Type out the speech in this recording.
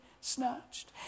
snatched